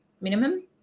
minimum